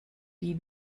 die